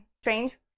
strange